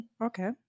Okay